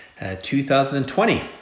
2020